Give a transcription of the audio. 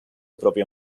propio